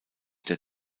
der